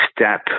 step